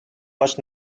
much